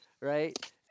Right